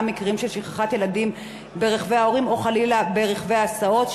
מקרים של שכחת ילדים ברכבי ההורים או חלילה ברכבי ההסעות,